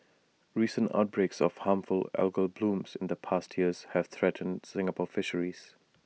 recent outbreaks of harmful algal blooms in the past years have threatened Singapore fisheries